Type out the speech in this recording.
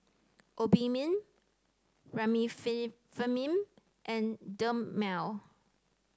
Obimin and Dermale